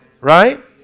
Right